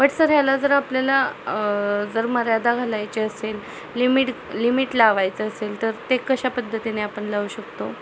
but sir ह्याला जर आपल्याला जर मर्यादा घालायची असेल लिमिट लिमिट लावायचं असेल तर ते कशा पद्धतीने आपण लावू शकतो